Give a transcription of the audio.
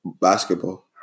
Basketball